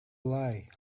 lie